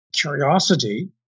curiosity